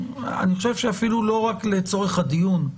אני חושב שאפילו לא רק לצורך הדיון,